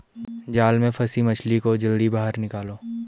जाल में फसी मछली को जल्दी बाहर निकालो